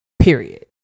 period